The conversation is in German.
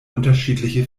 unterschiedliche